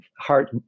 heart